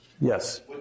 Yes